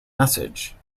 message